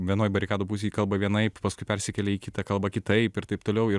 vienoj barikadų pusėj kalba vienaip paskui persikelia į kitą kalba kitaip ir taip toliau ir